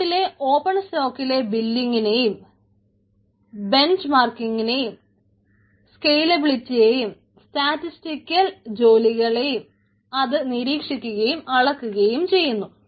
ക്ലൌഡിലെ ഓപ്പൺ സ്റ്റോക്കിലെ ബില്ലിങ്ങിനെയും ബെൻജ് മാർക്കിങ്ങിനേയും സെകയിലബിലിറ്റിയെയും സ്റ്റാറ്റിസ്റ്റിക്കൽ ജോലികളെയും അത് നിരീക്ഷിക്കുകയും അളക്കുകയും ചെയ്യുന്നു